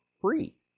free